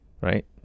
right